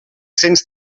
cents